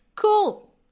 cool